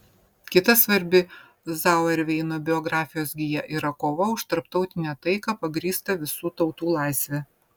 kita svarbi zauerveino biografijos gija yra kova už tarptautinę taiką pagrįstą visų tautų laisve